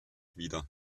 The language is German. wieder